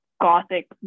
Gothic